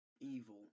evil